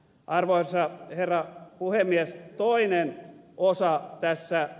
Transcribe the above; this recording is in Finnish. arvoisa herra puhemies toinen osa on tässä